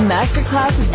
Masterclass